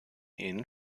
ehen